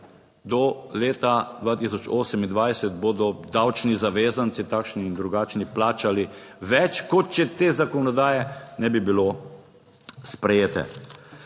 do leta 2028 bodo davčni zavezanci, takšni in drugačni, plačali več, kot če te zakonodaje ne bi bilo sprejete.